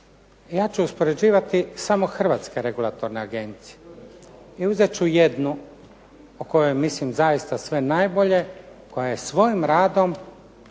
ja ću uspoređivati samo Hrvatske regulatorne agencije i uzet ću jednu o kojoj mislim zaista sve najbolje, koja je svojim radom